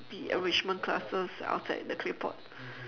the enrichment classes outside the claypot